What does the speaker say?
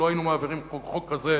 אם לא היינו מעבירים פה חוק כזה,